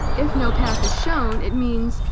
if no path is shown it means.